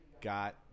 got